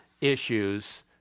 issues